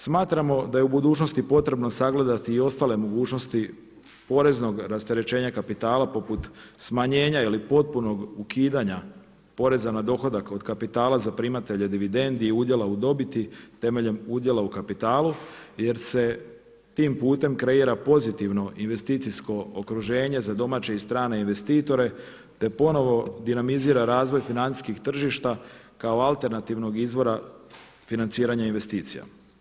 Smatramo da je u budućnosti potrebno sagledati i ostale mogućnosti poreznog rasterećenja kapitala poput smanjenja ili potpunog ukidanja poreza na dohodak od kapitala za primatelje dividendi i udjela u dobiti temeljem udjela u kapitalu jer se tim putem kreira pozitivno investicijsko okruženje za domaće i strane investitore te ponovo dinamizira razvoj financijskih tržišta kao alternativnog izvora financiranja investicija.